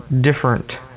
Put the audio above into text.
different